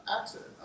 accident